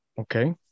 okay